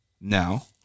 Now